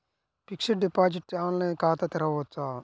Fixed deposit online ఖాతా తెరువవచ్చా?